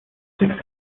six